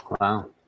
Wow